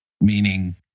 meaning